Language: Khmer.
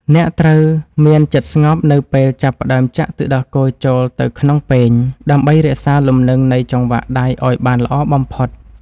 អ្នកត្រូវមានចិត្តស្ងប់នៅពេលចាប់ផ្តើមចាក់ទឹកដោះគោចូលទៅក្នុងពែង ដើម្បីរក្សាលំនឹងនៃចង្វាក់ដៃឱ្យបានល្អបំផុត។